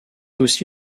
aussi